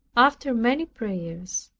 after many prayers,